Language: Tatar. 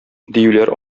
диюләр